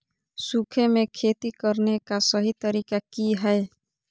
सूखे में खेती करने का सही तरीका की हैय?